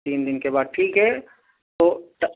تین دن کے بعد ٹھیک ہے تو